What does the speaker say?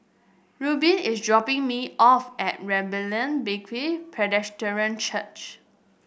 Rubin is dropping me off at Church